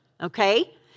okay